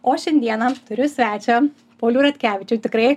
o šiandieną turiu svečią paulių ratkevičių tikrai